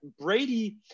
Brady